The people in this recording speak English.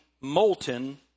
molten